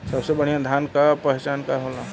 सबसे बढ़ियां धान का पहचान का होला?